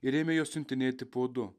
ir ėmė juos siuntinėti po du